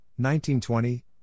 1920